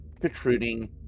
protruding